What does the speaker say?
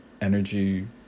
energy